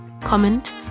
comment